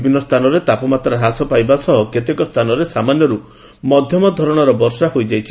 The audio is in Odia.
ବିଭିନ୍ ସ୍ସାନରେ ତାପମାତ୍ରା ହ୍ରାସ ପାଇବା ସହ କେତେକ ସ୍କାନରେ ସାମାନ୍ୟରୁ ମଧ୍ଧମ ଧରଣର ବର୍ଷା ହୋଇଯାଇଛି